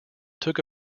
took